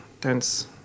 tense